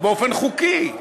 באופן חוקי.